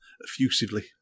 effusively